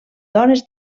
dones